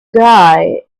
guy